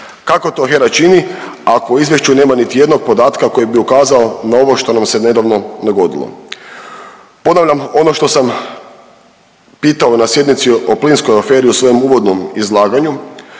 Kako to HERA čini ako u izvješću nema niti jednog podatka koji bi ukazao na ovo što nam se nedavno dogodilo? Ponavljam ono što sam pitao na sjednici o plinskoj aferi u svojem uvodnom izlaganju,